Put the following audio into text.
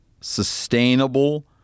sustainable